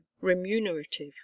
remunerative